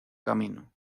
camino